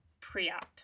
pre-op